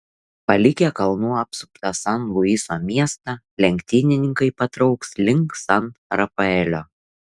palikę kalnų apsuptą san luiso miestą lenktynininkai patrauks link san rafaelio